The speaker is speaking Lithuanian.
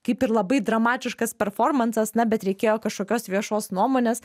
kaip ir labai dramatiškas performansas na bet reikėjo kažkokios viešos nuomonės